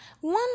One